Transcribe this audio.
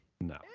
No